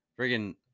freaking